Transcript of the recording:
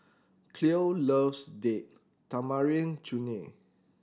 Cloe loves Date Tamarind Chutney